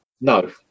No